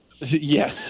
yes